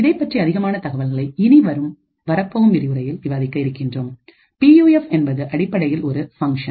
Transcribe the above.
இதைப் பற்றிய அதிகமான தகவல்களை இனி வரப்போகும் விரிவுரையில் விவாதிக்க இருக்கின்றோம் பியூஎஃப் என்பது அடிப்படையில் ஒரு ஃபங்க்ஷன்